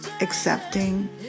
accepting